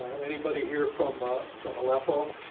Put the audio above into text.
and anybody here from ah from aleppo.